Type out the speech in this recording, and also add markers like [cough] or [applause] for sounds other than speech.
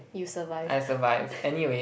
you survived [laughs]